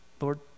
Lord